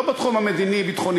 לא בתחום המדיני-ביטחוני,